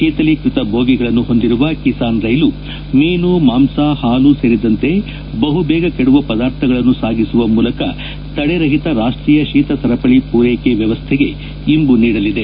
ಶೀತಲೀಕೃತ ಬೋಗಿಗಳನ್ನು ಹೊಂದಿರುವ ಕಿಸಾನ್ ರೈಲು ಮೀನು ಮಾಂಸ ಹಾಗೂ ಹಾಲು ಸೇರಿದಂತೆ ಬಹುಬೇಗ ಕೆಡುವ ಪದಾರ್ಥಗಳನ್ನು ಸಾಗಿಸುವ ಮೂಲಕ ತಡೆರಹಿತ ರಾಷ್ಷೀಯ ಶೀತ ಸರಪಳಿ ಪೂರ್ನೆಕೆ ವ್ಯವಸ್ಥೆಗೆ ಇಂಬು ನೀಡಲಿದೆ